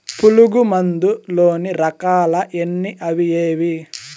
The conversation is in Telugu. పులుగు మందు లోని రకాల ఎన్ని అవి ఏవి?